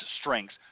strengths